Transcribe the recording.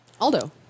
Aldo